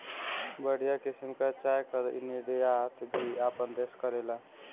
बढ़िया किसिम कअ चाय कअ निर्यात भी आपन देस करेला